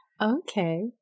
Okay